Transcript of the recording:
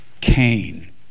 Cain